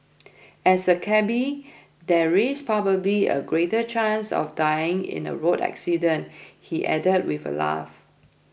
as a cabby there is probably a greater chance of dying in a road accident he added with a laugh